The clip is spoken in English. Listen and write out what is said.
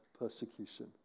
persecution